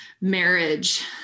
marriage